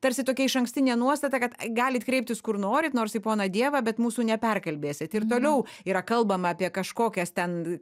tarsi tokia išankstinė nuostata kad galit kreiptis kur norit nors į poną dievą bet mūsų neperkalbėsit ir toliau yra kalbama apie kažkokias ten